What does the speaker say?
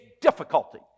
difficulty